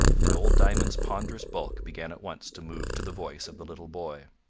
and old diamond's ponderous bulk began at once to move to the voice of the little boy.